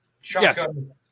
shotgun